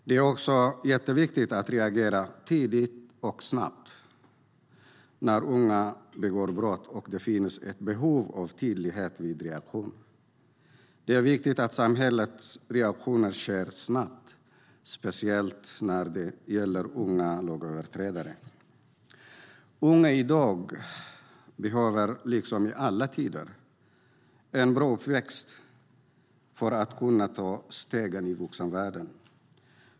Det är också mycket viktigt att samhället reagerar tidigt och snabbt när unga begår brott, och det finns ett behov av tydlighet i reaktionen. Liksom i alla tider behöver unga i dag en bra uppväxt för att kunna ta steget in i vuxenvärlden.